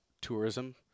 tourism